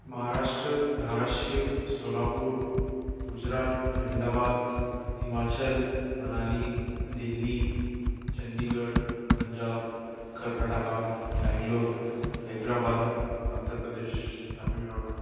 Maharashtra Dharashiv Solapur Gujarat Ahmedabad Himachal Manali Delhi Chandigarh Punjab Karnataka Bangalore Hyderabad Andhra Pradesh Tamil Nadu